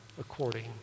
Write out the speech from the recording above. according